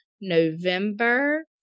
November